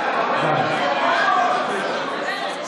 די.